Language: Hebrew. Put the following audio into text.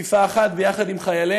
בכפיפה אחת עם חיילינו,